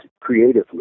creatively